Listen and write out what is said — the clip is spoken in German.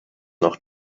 noch